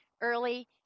early